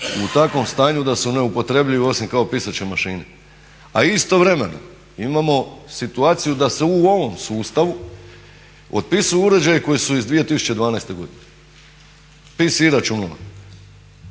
u takvom stanju da su neupotrebljiva osim kao pisaće mašine, a istovremeno imamo situaciju da se u ovom sustavu otpisuju uređaji koji su iz 2012. godine, PC računala.